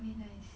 very nice